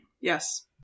Yes